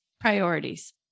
priorities